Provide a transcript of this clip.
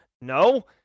no